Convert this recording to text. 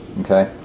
okay